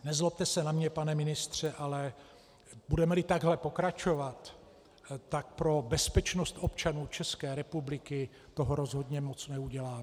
Nezlobte se na mě, pane ministře, ale budemeli takhle pokračovat, tak pro bezpečnost občanů České republiky toho rozhodně moc neuděláme.